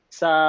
sa